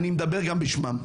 אני מדבר גם בשמם.